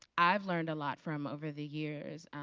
i've learned a lot from over the years.